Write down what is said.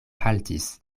haltis